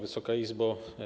Wysoka Izbo!